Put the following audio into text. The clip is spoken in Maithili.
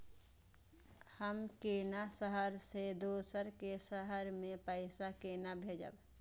हम केना शहर से दोसर के शहर मैं पैसा केना भेजव?